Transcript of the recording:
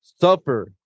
suffer